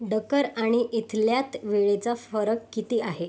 डकर आणि इथल्यात वेळेचा फरक किती आहे